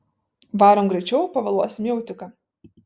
varom greičiau pavėluosim į autiką